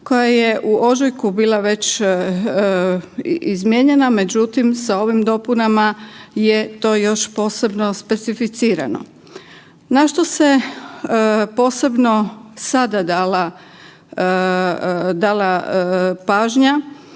koja je u ožujku bila već izmijenjena, međutim sa ovim dopunama je to još posebno specificirano. Na što se posebno sada dala pažnja?